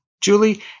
Julie